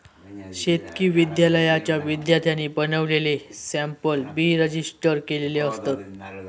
शेतकी विद्यालयाच्या विद्यार्थ्यांनी बनवलेले सॅम्पल बी रजिस्टर केलेले असतत